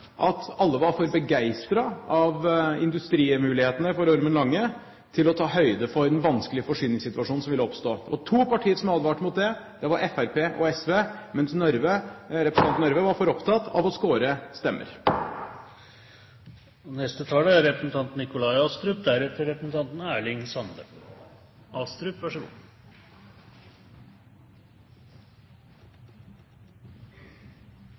at alle var for begeistret av industrimulighetene for Ormen Lange til å ta høyde for den vanskelige forsyningssituasjonen som ville oppstå. Det var to partier som advarte mot det – Fremskrittspartiet og SV – mens representanten Røbekk Nørve var for opptatt av å vinne stemmer.